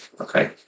Okay